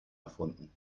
erfunden